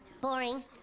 Boring